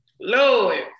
Lord